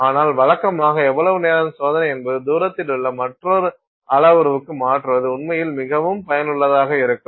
ஆனால் வழக்கமாக எவ்வளவு நேரம் சோதனை என்பது தூரத்திலுள்ள மற்றொரு அளவுருவுக்கு மாற்றுவது உண்மையில் மிகவும் பயனுள்ளதாக இருக்கும்